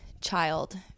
child